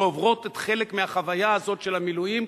שעוברות חלק מהחוויה הזאת של המילואים,